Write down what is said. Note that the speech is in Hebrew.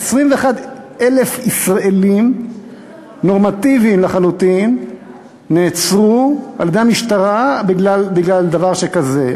21,000 ישראלים נורמטיביים לחלוטין נעצרו על-ידי המשטרה בגלל דבר שכזה.